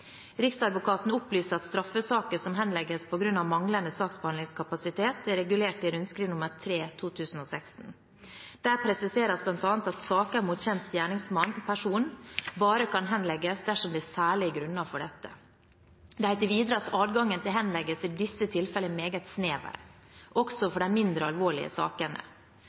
Riksadvokaten opplyser at straffesaker som henlegges på grunn av manglende saksbehandlingskapasitet, er regulert i rundskriv nr. 3/2016. Der presiseres det bl.a. at saker med kjent gjerningsperson bare kan henlegges dersom det er særlige grunner for dette. Det heter videre at adgangen til henleggelse i disse tilfellene er meget snever, også for de mindre alvorlige sakene.